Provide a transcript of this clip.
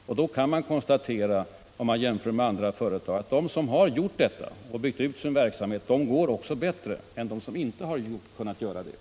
Vid en jämförelse med andra företag kan man konstatera att de som gjort detta och byggt ut sin verksamhet också går bättre än de företag som inte kunnat göra detta.